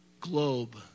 globe